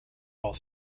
while